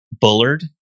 Bullard